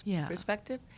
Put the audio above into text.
perspective